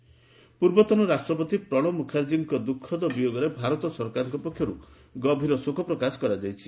ରାଷ୍ଟ୍ରୀୟ ଶୋକ ପୂର୍ବତନ ରାଷ୍ଟ୍ରପତି ପ୍ରଣବ ମୁଖାର୍ଜୀଙ୍କ ଦୁଃଖଦ ବିୟୋଗରେ ଭାରତ ସରକାରଙ୍କ ପକ୍ଷରୁ ଗଭୀର ଶୋକ ବ୍ୟକ୍ତ କରାଯାଇଛି